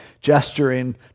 gesturing